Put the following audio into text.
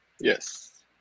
Yes